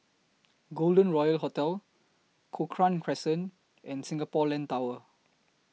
Golden Royal Hotel Cochrane Crescent and Singapore Land Tower